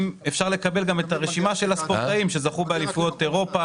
אם אפשר לקבל את רשימת הספורטאים שזכו באליפויות אירופה,